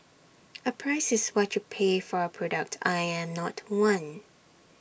A 'price' is what you pay for A product I am not one